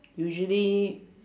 usually